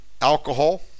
alcohol